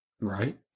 Right